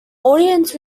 audience